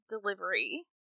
delivery